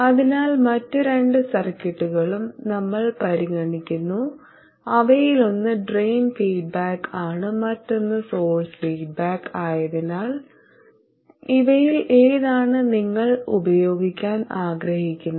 അതിനാൽ മറ്റ് രണ്ട് സർക്യൂട്ടുകളും നമ്മൾ പരിഗണിക്കുന്നു അവയിലൊന്ന് ഡ്രെയിൻ ഫീഡ്ബാക്ക് ആണ് മറ്റൊന്ന് സോഴ്സ് ഫീഡ്ബാക്ക് ആയതിനാൽ ഇവയിൽ ഏതാണ് നിങ്ങൾ ഉപയോഗിക്കാൻ ആഗ്രഹിക്കുന്നത്